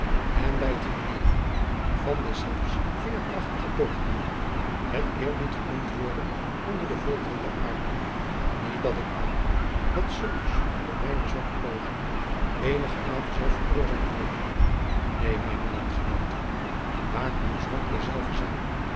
en bij het herleven van deszelfs veerkrachtige deugden met eerbied genoemd worden onder de volkeren der aarde niet dat ik wane dat zulks door mijne zwakke pogingen eenigermate zal veroorzaakt worden neen mijne landgenooten maar hoe zwak dezelve zijn